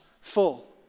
full